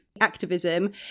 activism